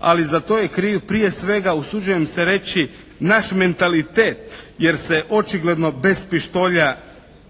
Ali za to je kriv prije svega usuđujem se reći naš mentalitet jer se očigledno bez pištolja mnogi